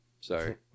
Sorry